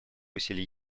усилий